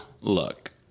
Look